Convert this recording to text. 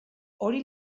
hori